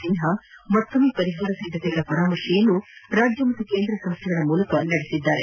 ಸಿನ್ಹಾ ಮತ್ತೊಮ್ಮೆ ಪರಿಹಾರ ಸಿದ್ದತೆಗಳ ಪರಾಮರ್ಶೆಯನ್ನು ರಾಜ್ಯ ಹಾಗೂ ಕೇಂದ್ರ ಸಂಸ್ದೆಗಳ ಮೂಲಕ ಮಾಡಿದ್ದಾರೆ